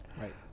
Right